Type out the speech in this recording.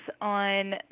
on